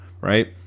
right